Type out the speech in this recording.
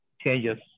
changes